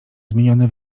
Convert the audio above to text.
zmieniony